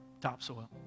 topsoil